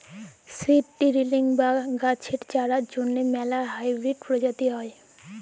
seed drilling বা গাহাচের চারার জ্যনহে ম্যালা হাইবিরিড পরজাতি হ্যয়